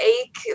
ache